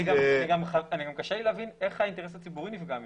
גם קשה לי להבין איך האינטרס הציבורי נפגע מזה.